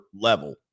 level